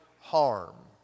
harm